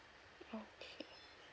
okay